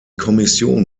kommission